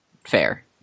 fair